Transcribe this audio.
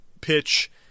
pitch